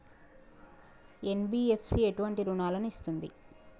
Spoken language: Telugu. ఎన్.బి.ఎఫ్.సి ఎటువంటి రుణాలను ఇస్తుంది?